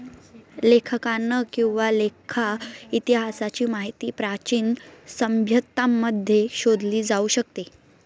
लेखांकन किंवा लेखा इतिहासाची माहिती प्राचीन सभ्यतांमध्ये शोधली जाऊ शकते